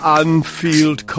Anfield